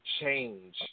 change